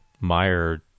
Meyer